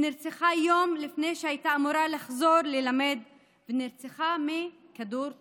שנרצחה יום לפני שהייתה אמורה לחזור ללמד ונרצחה מכדור תועה.